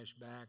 back